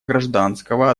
гражданского